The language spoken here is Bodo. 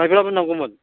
माइब्राबो नांगौमोन